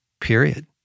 period